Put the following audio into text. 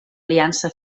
aliança